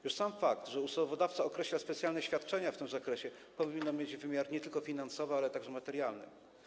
Już sam fakt, że ustawodawca określa specjalne świadczenia w tym zakresie, powinien mieć wymiar nie tylko finansowy, ale także materialny.